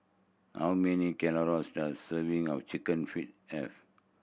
how many calories does serving of Chicken Feet have